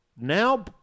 Now